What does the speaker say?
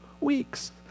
weeks